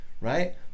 right